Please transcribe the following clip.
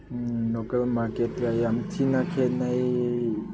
local ꯃꯥꯔꯀꯦꯠꯀ ꯌꯥꯝ ꯊꯤꯅ ꯈꯦꯠꯅꯩ